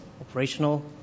operational